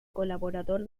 colaborador